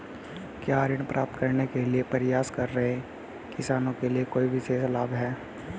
क्या ऋण प्राप्त करने का प्रयास कर रहे किसानों के लिए कोई विशेष लाभ हैं?